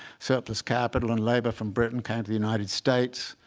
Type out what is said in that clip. surplus capital and labor from britain came to the united states,